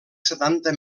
setanta